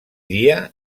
dia